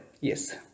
yes